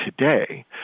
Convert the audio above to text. today